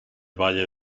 valle